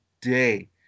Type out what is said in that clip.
day